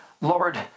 Lord